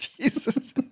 Jesus